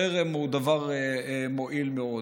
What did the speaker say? חרם הוא דבר מועיל מאוד.